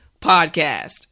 podcast